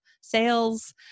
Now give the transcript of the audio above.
sales